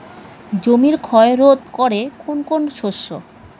জমির ক্ষয় রোধ করে কোন কোন শস্য?